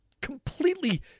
completely